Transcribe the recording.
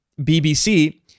BBC